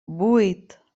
vuit